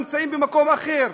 נמצאים במקום אחר.